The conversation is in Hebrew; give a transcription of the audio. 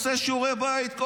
עושה שיעורי בית,